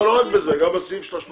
לא רק בזה, גם בסעיף של ה-30.